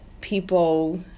people